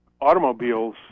automobiles